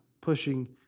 pushing